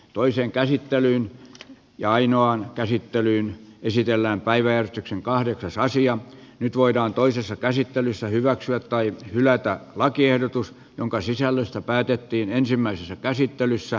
toisen käsittelyn ja ainoan käsittelyyn esitellään päivetyksen kahdet osaisi ja nyt voidaan toisessa käsittelyssä hyväksyä tai hylätä lakiehdotus jonka sisällöstä päätettiin ensimmäisessä käsittelyssä